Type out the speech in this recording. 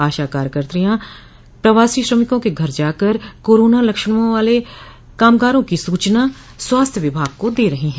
आशा कार्यकत्रियां प्रवासी श्रमिकों के घर जाकर कोरोना लक्षणों वाले कामगारों की सूचना स्वास्थ्य विभाग को दे रही है